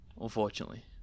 unfortunately